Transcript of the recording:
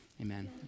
Amen